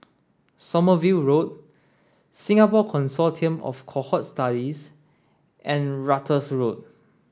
Sommerville Road Singapore Consortium of Cohort Studies and Ratus Road